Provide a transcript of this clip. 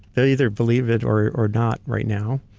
they either believe it or or not right now.